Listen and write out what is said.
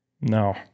No